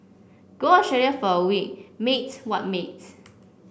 go Australia for a week mate what mate